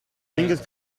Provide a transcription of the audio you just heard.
fingers